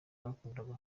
bakundaga